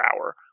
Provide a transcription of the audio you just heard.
hour